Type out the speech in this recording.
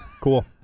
Cool